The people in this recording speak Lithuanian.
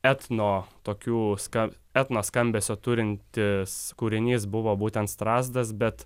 etno tokių ska etno skambesio turintis kūrinys buvo būtent strazdas bet